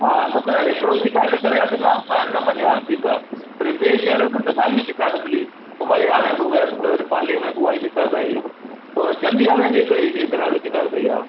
हा त हिकिड़ो शिकायति करे आ त मां न मञां हा ठीकु आहे पर ॿिए शहर में बि साॻी शिकायति मिली उमरिया में बि वयुसि वरी पाली में बि उहाई शिकायति आई पोइ चंदिया में बि हिकिड़े ग्राहक शिकायति कयी आहे